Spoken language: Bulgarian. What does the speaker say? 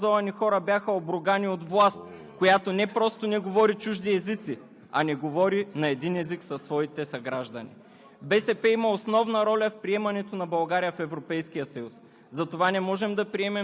Стилът на това управление, което нарече деца с увреждания „уж болни деца“. Млади образовани хора бяха обругани от власт, която не просто не говори чужди езици, а не говори на един език със своите съграждани.